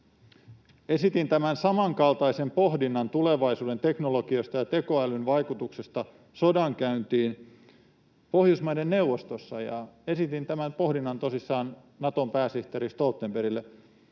esitin tämän samankaltaisen pohdinnan tulevaisuuden teknologioista ja tekoälyn vaikutuksesta sodankäyntiin Pohjoismaiden neuvostossa ja esitin tämän pohdinnan tosissaan Naton pääsihteeri Stoltenbergille,